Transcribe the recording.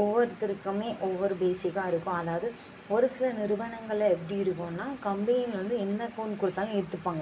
ஒவ்வொருத்தருக்குமே ஒவ்வொரு பேஸிக்காக இருக்கும் அதாவது ஒரு சில நிறுவனங்களில் எப்படி இருக்கும்னா கம்பெனி வந்து என்ன அகௌண்ட் கொடுத்தாலும் ஏற்றுப்பாங்க